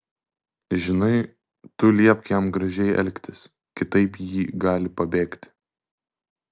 žinai tu liepk jam gražiai elgtis kitaip ji gali pabėgti